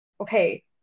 okay